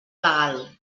legal